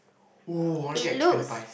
woah I want to get chicken pies